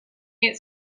get